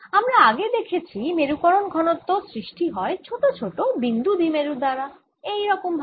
আমরা আগে দেখেছি মেরুকরণ ঘনত্ব সৃষ্টি হয় ছোট ছোট বিন্দু দ্বিমেরুর দ্বারা এই রকম ভাবে